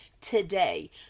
today